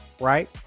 right